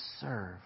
serve